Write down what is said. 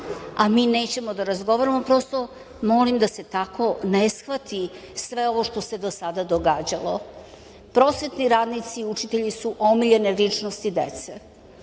a mi nećemo da razgovaramo, prosto molim da se tako ne shvati sve ovo što se do sada događalo. Prosvetni radnici, učitelji su omiljene ličnosti dece.